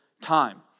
time